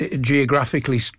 geographically